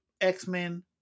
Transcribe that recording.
X-Men